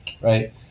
right